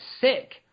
sick